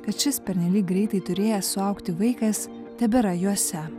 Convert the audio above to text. kad šis pernelyg greitai turėjęs suaugti vaikas tebėra juose